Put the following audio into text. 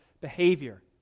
behavior